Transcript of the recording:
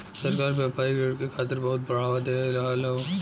सरकार व्यापारिक ऋण के खातिर बहुत बढ़ावा दे रहल हौ